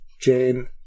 Jane